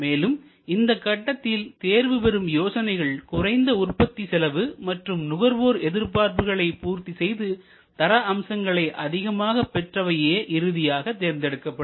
மேலும் இந்த கட்டத்தில் தேர்வு பெறும் யோசனைகள் குறைந்த உற்பத்தி செலவு மற்றும் நுகர்வோர் எதிர்ப்பார்ப்புகளை பூர்த்தி செய்து தர அம்சங்களை அதிகமாக பெற்றவையே இறுதியாக தேர்ந்தெடுக்கப்படும்